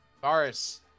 Boris